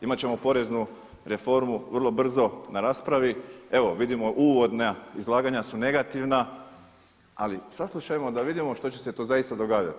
Imat ćemo poreznu reformu vrlo brzo na raspravi, evo vidimo uvodna izlaganja su negativna, ali saslušajmo da vidimo što će se to zaista događati.